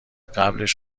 قبلش